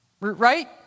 Right